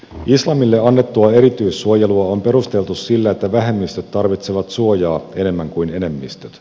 islamille annettua erityissuojelua on perusteltu sillä että vähemmistöt tarvitsevat suojaa enemmän kuin enemmistöt